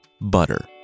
Butter